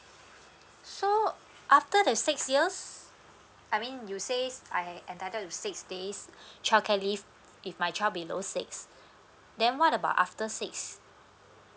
so after the six years I mean you says I entitled to six days childcare leave if my child below six then what about after six